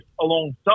alongside